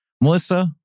Melissa